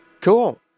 Cool